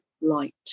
light